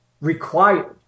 required